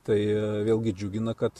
tai vėlgi džiugina kad